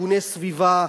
ארגוני סביבה.